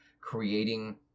creating